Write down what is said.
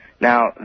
Now